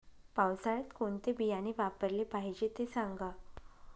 पावसाळ्यात कोणते बियाणे वापरले पाहिजे ते सांगा